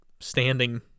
standing